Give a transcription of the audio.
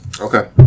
Okay